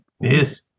yes